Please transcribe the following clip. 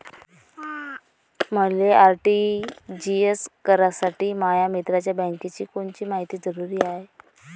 मले आर.टी.जी.एस करासाठी माया मित्राच्या बँकेची कोनची मायती जरुरी हाय?